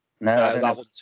no